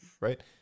right